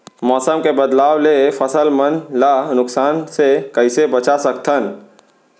मौसम के बदलाव ले फसल मन ला नुकसान से कइसे बचा सकथन?